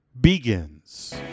begins